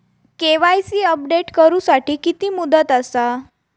KYC update करू साठी किती मुदत आसा?